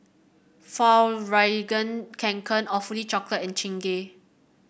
Fjallraven Kanken Awfully Chocolate and Chingay